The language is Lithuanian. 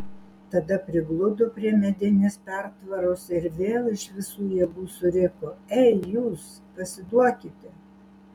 tada prigludo prie medinės pertvaros ir vėl iš visų jėgų suriko ei jūs pasiduokite